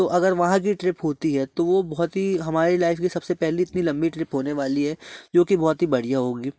तो अगर वहाँ की ट्रिप होती है तो वो बहुत ही हमारी लाइफ की सबसे लम्बी ट्रिप होने वाली है जो कि बहुत ही बढ़िया होगी